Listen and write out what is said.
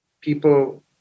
people